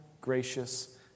gracious